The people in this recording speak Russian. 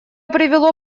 привело